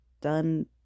done